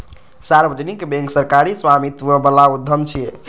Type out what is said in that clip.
सार्वजनिक बैंक सरकारी स्वामित्व बला उद्यम छियै